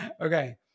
Okay